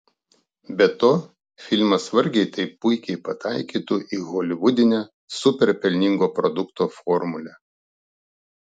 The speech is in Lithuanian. be to filmas vargiai taip puikiai pataikytų į holivudinę super pelningo produkto formulę